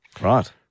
Right